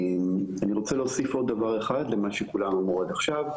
אני רוצה להוסיף עוד דבר אחד למה שכולם אמרו עד עכשיו,